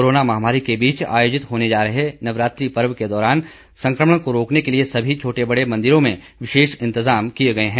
corona महामारी के बीच आयोजित होने जा रहे नवरात्रे पर्व के दौरान संक्रमण को रोकने के लिए सभी छोटे बड़े मंदिरों में विशेष इंतजाम किए गए हैं